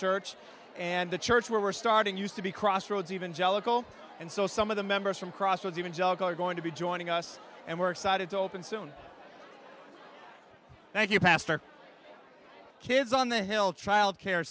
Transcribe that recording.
church and the church where we're starting used to be crossroads even jellicoe and so some of the members from crossroads even juggle are going to be joining us and we're excited to open soon thank you pastor kids on the hill child care